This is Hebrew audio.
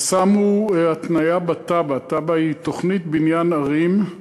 חסם הוא התניה בתב"ע, תב"ע היא תוכנית בניין ערים,